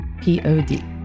Pod